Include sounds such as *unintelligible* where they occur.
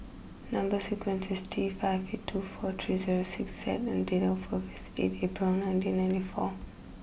number *unintelligible* is T five eight two four three zero six Z and date of birth is eight April nineteen ninety four